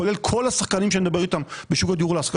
כולל כל השחקנים שאני מדבר איתם בשוק הדיור להשכרה